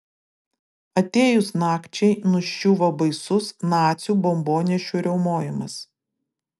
atėjus nakčiai nuščiuvo baisus nacių bombonešių riaumojimas